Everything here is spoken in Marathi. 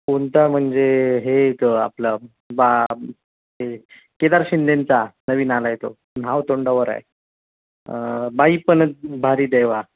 कोणता म्हणजे हे तर आपला बा हे केदार शिंदेंचा नवीन आला आहे तो नाव तोंडावर आहे बाईपण भारी देवा